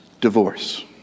divorce